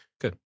good